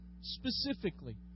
specifically